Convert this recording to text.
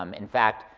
um in fact,